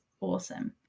awesome